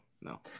No